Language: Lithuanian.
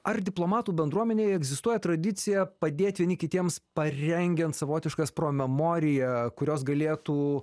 ar diplomatų bendruomenėj egzistuoja tradicija padėt vieni kitiems parengiant savotiškas pro memoria kurios galėtų